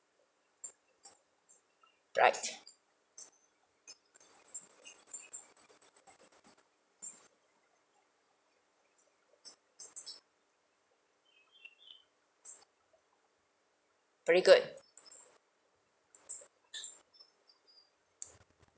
right pretty good